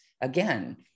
again